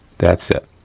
that's it.